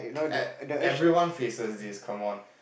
at every one faces this come on